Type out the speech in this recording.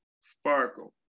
Sparkle